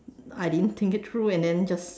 I didn't think it through and then just